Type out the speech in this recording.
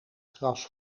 gras